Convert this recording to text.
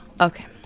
Okay